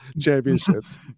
championships